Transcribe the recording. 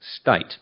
state